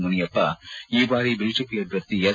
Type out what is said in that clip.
ಮುನಿಯಪ್ಪ ಈ ಬಾರಿ ಬಿಜೆಪಿ ಅಭ್ಯರ್ಥಿ ಎಸ್